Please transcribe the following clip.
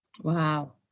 Wow